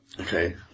okay